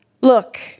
Look